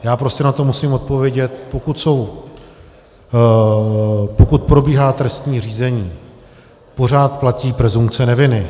Já prostě na to musím odpovědět, pokud probíhá trestní řízení, pořád platí presumpce neviny.